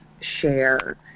share